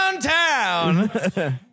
downtown